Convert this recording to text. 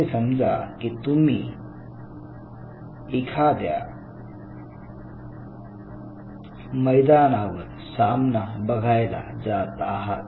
असे समजा की तुम्ही एखाद्या मैदानावर सामना बघायला जात आहात